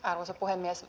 arvoisa puhemies